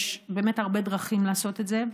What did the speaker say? יש הרבה דרכים לעשות את זה.